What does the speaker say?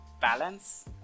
balance